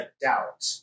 doubt